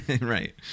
Right